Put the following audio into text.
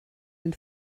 den